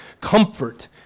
Comfort